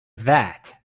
that